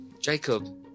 jacob